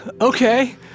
Okay